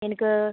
எனக்கு